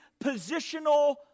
positional